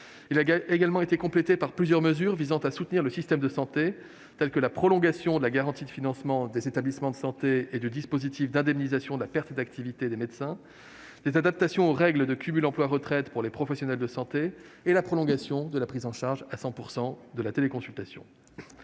loi a également été complété par plusieurs mesures visant à soutenir le système de santé, telles que la prolongation de la garantie de financement des établissements de santé et du dispositif d'indemnisation de la perte d'activité des médecins ; des adaptations des règles de cumul emploi-retraite pour les professionnels de santé ; la prolongation de la prise en charge à 100 % des actes de téléconsultation.